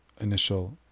initial